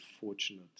fortunate